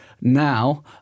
now